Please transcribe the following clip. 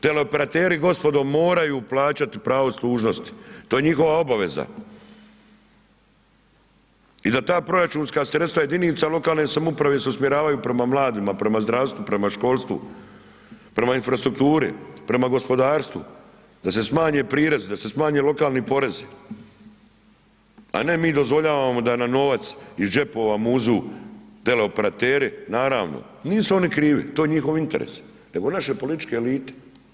Teleoperateri gospodo, moraju plaćati pravo služnosti, to je njihova obaveza i da ta proračunska sredstva jedinica lokalne samouprave se usmjeravaju prema mladima, prema zdravstvu, prema školstvu, prema infrastrukturi, prema gospodarstvu, da se smanje prirezi, da se smanje lokalni porezi a ne mi dozvoljavamo da nam novac iz džepova muzu teleoperateri, naravno, misu oni krivi, to je njihov interes, nego naše političke elite.